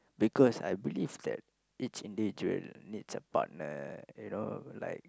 because I believe that each individual needs a partner you know like